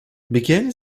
began